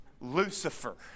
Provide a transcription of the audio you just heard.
Lucifer